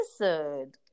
episode